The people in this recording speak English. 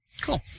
Cool